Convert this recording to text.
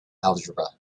algebra